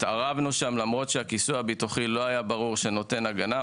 למרות שלא היה ברור שהכיסוי הביטוחי נותן הגנה.